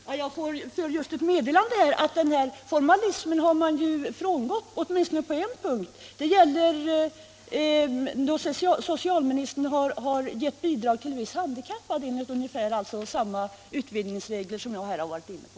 Herr talman! Jag har just fått ett meddelande om att formalismen har frångåtts åtminstone på en punkt. Socialministern har givit bidrag till vissa handikappade enligt ungefär samma regler som jag här har varit inne på.